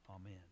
Amen